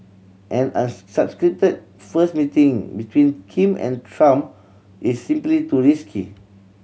an unscripted first meeting between Kim and Trump is simply too risky